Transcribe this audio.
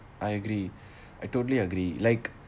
I agree I totally agree like